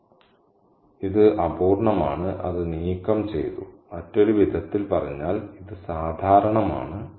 അതിനാൽ ഇത് അപൂർണ്ണമാണ് അത് നീക്കം ചെയ്തു മറ്റൊരു വിധത്തിൽ പറഞ്ഞാൽ ഇത് സാധാരണമാണ്